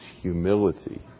humility